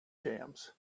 jams